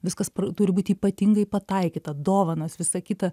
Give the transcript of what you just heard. viskas turi būti ypatingai pataikyta dovanos visa kita